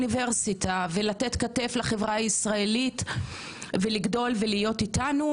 באוניברסיטה ולתת כתף לחברה הישראלית ולגדול ולהיות איתנו,